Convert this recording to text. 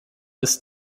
ist